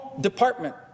department